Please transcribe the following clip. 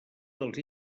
dels